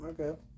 Okay